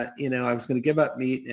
ah you know i was going to give up meat. and